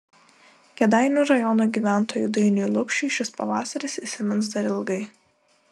kėdainių rajono gyventojui dainiui lukšiui šis pavasaris įsimins dar ilgai